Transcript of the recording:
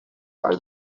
are